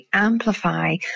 amplify